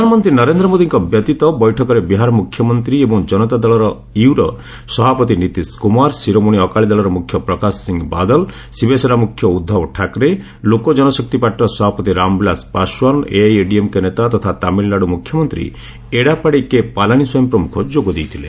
ପ୍ରଧାନମନ୍ତ୍ରୀ ନରେନ୍ଦ୍ର ମୋଦିଙ୍କ ବ୍ୟତୀତ ବୈଠକରେ ବିହାର ମୁଖ୍ୟମନ୍ତ୍ରୀ ଏବଂ ଜନତାଦଳର ୟୁ ର ସଭାପତି ନୀତିଶ କୁମାର ଶିରୋମଣି ଅକାଳୀଦଳର ମୁଖ୍ୟ ପ୍ରକାଶ ସିଂ ବାଦଲ ଶିବସେନା ମୁଖ୍ୟ ଉଦ୍ଧବ ଠାକ୍ରେ ଲୋକଜନଶକ୍ତି ପାର୍ଟିର ସଭାପତି ରାମବିଳାସ ପାଶ୍ୱାନ ଏଆଇଏଡିଏମ୍କେ ନେତା ତଥା ତାମିଲନାଡୁ ମୁଖ୍ୟମନ୍ତ୍ରୀ ଏଡାପାଡି କେ ପାଲାନିସ୍ୱାମୀ ପ୍ରମୁଖ ଯୋଗଦେଇଥିଲେ